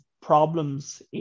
problems